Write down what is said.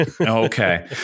Okay